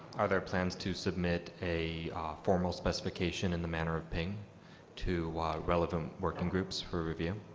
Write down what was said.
are there plans to submit a formal specification in the manner of png to relevant working groups for review?